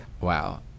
Wow